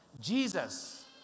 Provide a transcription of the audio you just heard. Jesus